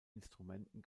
instrumenten